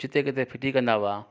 जिते किथे फिटी कंदा हुआ